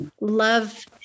love